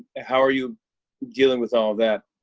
ah how are you dealing with all of that?